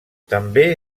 també